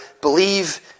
believe